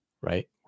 Right